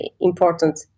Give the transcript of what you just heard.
important